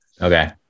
Okay